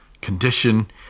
condition